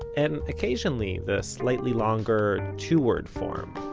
and occasionally, the slightly longer, two-word form,